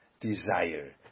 desire